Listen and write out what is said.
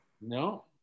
No